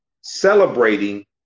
Celebrating